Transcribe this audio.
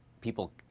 people